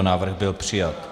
Návrh byl přijat.